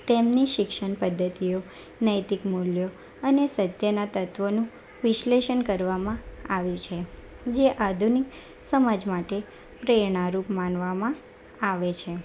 તેમની શિક્ષણ પદ્ધતિઓ નૈતિક મૂલ્યો અને સત્યના તત્ત્વોનું વિશ્લેષણ કરવામાં આવ્યું છે જે આધુનિક સમાજ માટે પ્રેરણારૂપ માનવામાં આવે છે